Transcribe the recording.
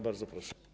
Bardzo proszę.